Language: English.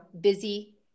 busy